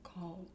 called